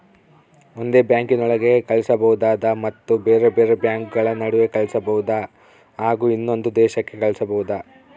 ಒಂದೇ ಬ್ಯಾಂಕಿನೊಳಗೆ ಕಳಿಸಬಹುದಾ ಮತ್ತು ಬೇರೆ ಬೇರೆ ಬ್ಯಾಂಕುಗಳ ನಡುವೆ ಕಳಿಸಬಹುದಾ ಹಾಗೂ ಇನ್ನೊಂದು ದೇಶಕ್ಕೆ ಕಳಿಸಬಹುದಾ?